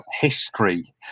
history